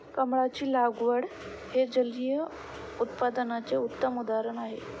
कमळाची लागवड हे जलिय उत्पादनाचे उत्तम उदाहरण आहे